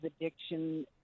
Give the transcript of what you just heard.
addiction